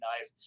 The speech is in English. knife